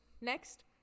next